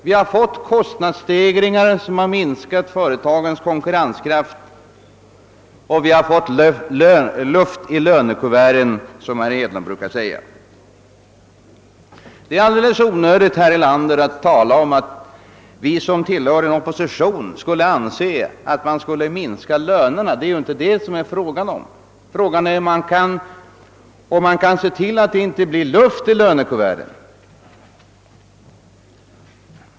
Vi har fått vidkännas kostnadsstegringar som minskat företagens konkurrenskraft och som åstadkommit luft i lönekuvertet, som herr Hedlund brukar säga. Det är alldeles onödigt, herr Erlander, att tala om att vi som tillhör oppositionen skulle anse att lönerna bör minskas. Det är inte fråga om det, utan det gäller att se till att man inte får luft i lönekuvertet.